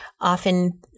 often